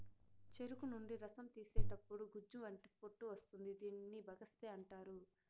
చెరుకు నుండి రసం తీసేతప్పుడు గుజ్జు వంటి పొట్టు వస్తుంది దీనిని బగస్సే అంటారు